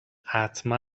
حتما